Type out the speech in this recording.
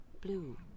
Blue